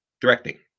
directing